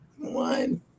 One